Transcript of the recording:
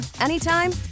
anytime